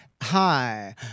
Hi